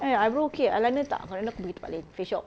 eh eyebrow okay eyeliner tak eyeliner aku beli tempat lain Face Shop